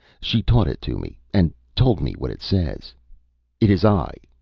she taught it to me, and told me what it says it is i,